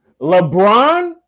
LeBron